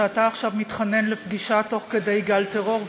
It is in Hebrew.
שאתה עכשיו מתחנן לפגישה תוך כדי גל טרור,